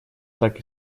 так